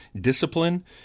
discipline